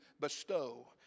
bestow